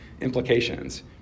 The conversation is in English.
implications